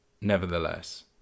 nevertheless